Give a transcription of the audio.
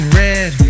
red